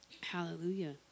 Hallelujah